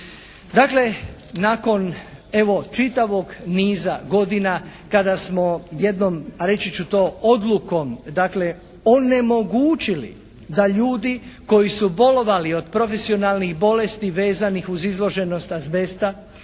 Dakle nakon evo čitavog niza godina kada smo jednom reći ću to, odlukom dakle onemogućili da ljudi koji su bolovali od profesionalnih bolesti vezanih uz izloženost azbesta,